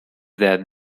that